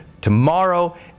tomorrow